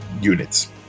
units